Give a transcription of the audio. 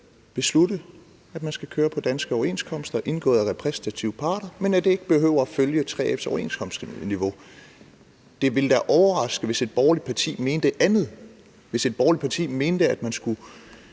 beslutte, at man skal køre på danske overenskomster indgået af repræsentative parter, men at det ikke behøver at følge 3F's overenskomstniveau. Det ville da overraske, hvis et borgerligt parti mente andet: hvis et borgerligt parti mente, at man skulle